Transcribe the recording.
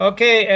Okay